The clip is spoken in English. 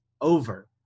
over